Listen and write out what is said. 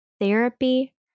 Therapy